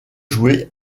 joué